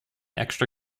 extra